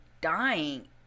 dying